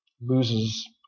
Loses